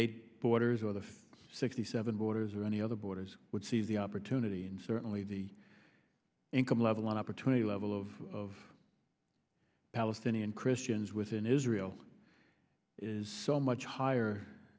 eight borders or the sixty seven borders or any other borders would seize the opportunity and certainly the income level opportunity level of of palestinian christians within israel is so much higher